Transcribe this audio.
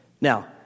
Now